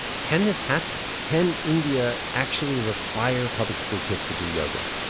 can this happen? can india actually require public schoolkids to do yoga?